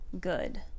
good